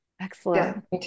Excellent